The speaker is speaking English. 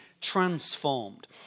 transformed